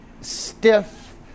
Stiff